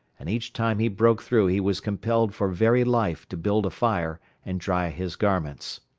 and each time he broke through he was compelled for very life to build a fire and dry his garments.